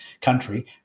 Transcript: country